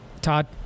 Todd